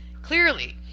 Clearly